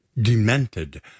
demented